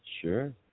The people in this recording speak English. sure